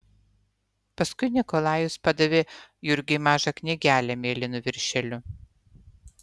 paskui nikolajus padavė jurgiui mažą knygelę mėlynu viršeliu